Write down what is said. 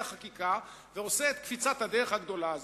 החקיקה ועושה את קפיצת הדרך הגדולה הזאת.